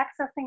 accessing